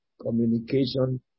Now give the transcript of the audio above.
communication